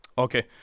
Okay